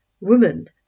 woman